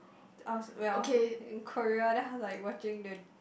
I was when I was in Korea then I was like watching the